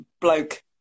bloke